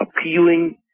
appealing